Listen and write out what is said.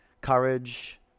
courage